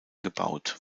gebaut